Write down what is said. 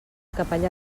capellà